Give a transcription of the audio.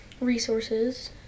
resources